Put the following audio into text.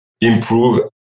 improve